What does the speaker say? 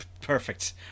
perfect